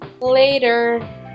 Later